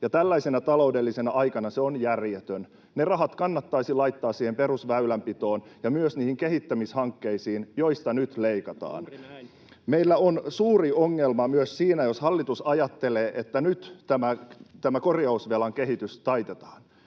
Tällaisena taloudellisena aikana se on järjetön. Ne rahat kannattaisi laittaa siihen perusväylänpitoon ja myös niihin kehittämishankkeisiin, joista nyt leikataan. Meillä on suuri ongelma myös siinä, jos hallitus ajattelee, että nyt tämä korjausvelan kehitys taitetaan.